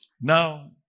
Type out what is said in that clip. now